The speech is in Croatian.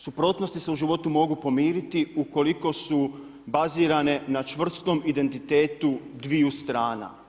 Suprotnosti se u životu mogu pomiriti ukoliko su bazirane na čvrstom identitetu dviju strana.